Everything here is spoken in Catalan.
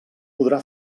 podrà